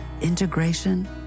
integration